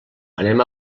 anem